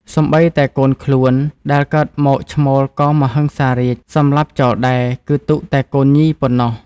សូម្បីតែកូនខ្លួន ដែលកើតមកឈ្មោលក៏ មហិង្សារាជ សម្លាប់ចោលដែរ គឺទុកតែកូនញីប៉ុណ្ណោះ។